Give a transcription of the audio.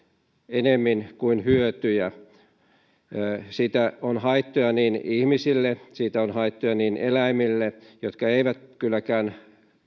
ennemmin kuin hyötyjä siitä on haittoja ihmisille siitä on haittoja eläimille jotka eivät kylläkään